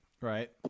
Right